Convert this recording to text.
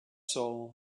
soul